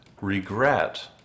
regret